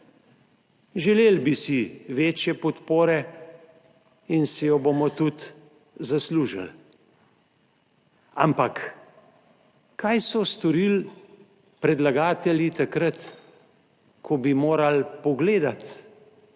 Želeli bi si večje podpore in si jo bomo tudi zaslužili. Ampak kaj so storili predlagatelji takrat, ko bi morali pogledati